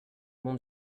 mon